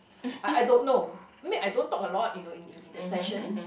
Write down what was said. I I don't know mean I don't talk a lot you know in in in the session